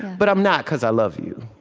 but i'm not, cause i love you.